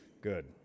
Good